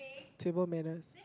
table manners